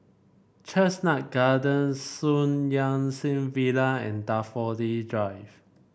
Chestnut Gardens Sun Yat Sen Villa and Daffodil Drive